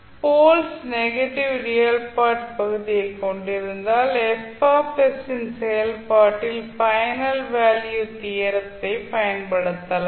poles negative real part பகுதியைக் கொண்டிருந்தால்செயல்பாட்டில் final value theorem ஐ பயன்படுத்தலாம்